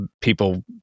people